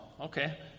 okay